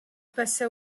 passa